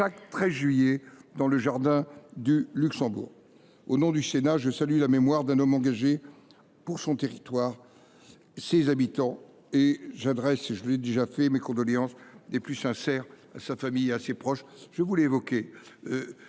chaque 13 juillet, dans le jardin du Luxembourg. Au nom du Sénat, je salue la mémoire d’un homme engagé pour son territoire et ses habitants, et j’adresse mes condoléances les plus sincères à sa famille et à ses proches. En ces semaines